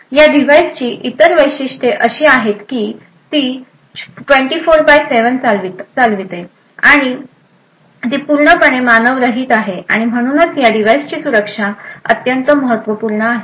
या डिव्हाइसची इतर वैशिष्ट्ये अशी आहेत की ती 24 बाय 7 चालविते आणि ती पूर्णपणे मानवरहित आहे आणि म्हणूनच या डिव्हाइसची सुरक्षा अत्यंत महत्त्वपूर्ण आहे